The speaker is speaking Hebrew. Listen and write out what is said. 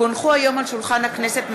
כי הונחו היום על שולחן הכנסת,